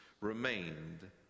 remained